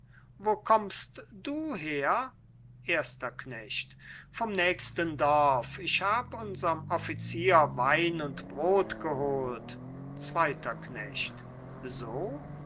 wo kommst du her erster knecht vom nächsten dorf ich hab unserm offizier wein und brot geholt zweiter knecht so